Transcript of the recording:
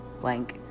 blank